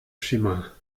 schimmer